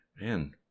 man